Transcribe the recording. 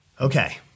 Okay